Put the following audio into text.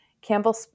Campbell